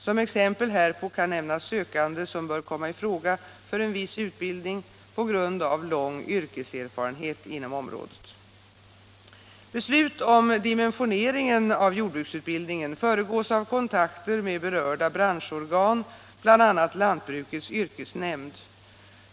Som exempel härpå kan nämnas sökande som bör komma i fråga för en viss utbildning på grund av lång yrkeserfarenhet inom området. Beslut om dimensioneringen av jordbruksutbildningen föregås av kontakter med berörda branschorgan, bl.a. lantbrukets yrkesnämnd.